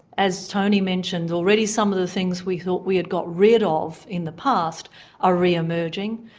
as tony mentioned already, some of the things we thought we'd got rid of in the past are re-emerging.